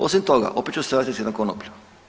Osim toga, opet ću se vratiti na konoplju.